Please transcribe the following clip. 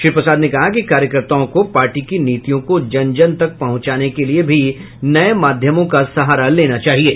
श्री प्रसाद ने कहा कि कार्यकर्ताओं को पार्टी की नीतियों को जन जन तक पहुंचाने के लिये भी नये माध्यमों का सहारा लेना चाहिये